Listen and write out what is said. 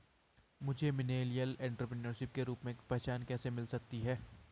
मुझे millennial entrepreneur के रूप में पहचान कैसे मिल सकती है?